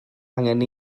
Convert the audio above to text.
angen